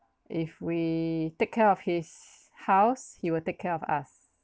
if we take care of his house he will take care of us